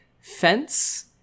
fence